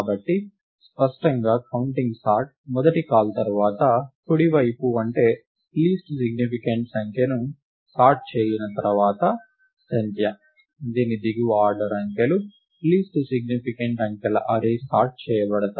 కాబట్టి స్పష్టంగా counting sort మొదటి కాల్ తర్వాత కుడివైపు అంటే లీస్ట్ సిగ్నిఫికెంట్ అంకెను సార్ట్ చేయిన తర్వాత సంఖ్య దీని దిగువ ఆర్డర్ అంకెలు లీస్ట్ సిగ్నిఫికెంట్ అంకెల అర్రే సార్ట్ చేయబడతాయి